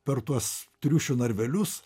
per tuos triušių narvelius